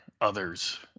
others